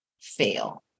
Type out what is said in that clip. fail